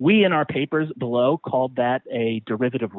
we in our papers below called that a derivative